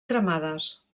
cremades